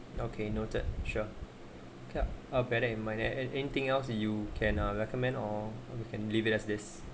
okay noted sure yup I'll bear that in mind and and anything else you can uh recommend or you can leave it as this